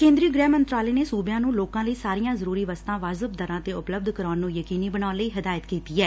ਕੇਂਦਰੀ ਗ੍ਰਹਿ ਮੰਤਰਾਲੇ ਨੇ ਸੁਬਿਆਂ ਨੁੰ ਲੋਕਾਂ ਲਈ ਸਾਰੀਆਂ ਜ਼ਰੁਰੀ ਵਸਤਾਂ ਵਾਜ਼ਿਬ ਦਰਾਂ ਤੇ ਉਪਲੱਬਧ ਕਰਾਉਣ ਨੁੰ ਯਕੀਨੀ ਬਣਾਉਣ ਲਈ ਹਿਦਾਇਤ ਕੀਤੀ ਐ